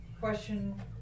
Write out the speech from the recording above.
question